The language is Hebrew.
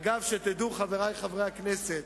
אגב, שתדעו, חברי חברי הכנסת,